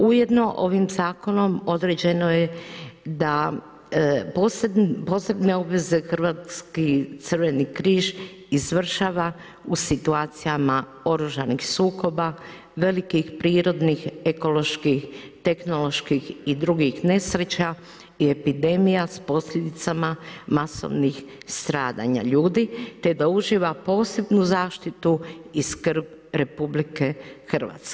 Ujedno ovim zakonom određeno je da posebne obveze Hrvatski crveni križ izvršava u situacijama oružanih sukoba, velikih prirodnih ekoloških, tehnoloških i drugih nesreća i epidemija sa posljedicama masovnih stradanja ljudi te da uživa posebnu zaštitu i skrb RH.